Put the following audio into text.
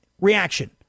reaction